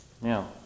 Now